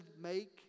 make